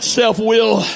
self-will